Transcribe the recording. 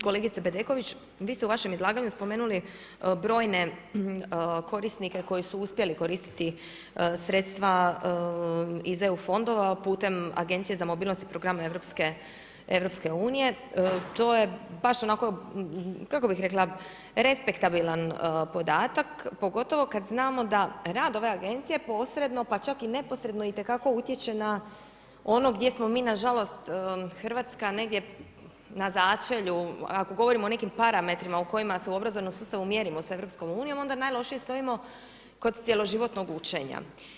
Kolegice Bedeković, vi ste u vašem izlaganju spomenuli brojne korisnike koji su uspjeli koristi sredstva iz EU fondova putem Agencije za mobilnost i programe EU, To je baš onako, kako bih rekla respektabilan podatak pogotovo kada znamo da rad ove Agencije posredno, pa čak i neposredno itekako utječe na ono gdje smo mi nažalost, Hrvatska negdje na začelju, ako govorimo o nekim parametrima u kojima se u obrazovnom sustavu mjerimo sa EU onda najlošije stojimo kod cjeloživotnog učenja.